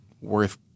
worth